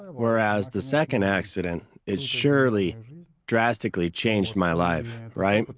whereas, the second accident, it surely drastically changed my life. right.